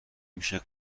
میشه